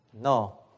No